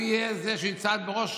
שהוא יהיה זה שיצעד בראש